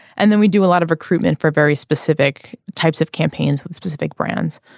and then we do a lot of recruitment for very specific types of campaigns with specific brands.